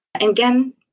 Again